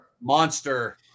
Monster